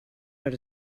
out